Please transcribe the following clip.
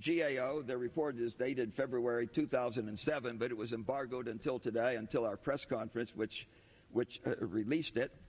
g a o the report is dated february two thousand and seven but it was embargoed until today until our press conference which which released it